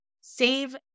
save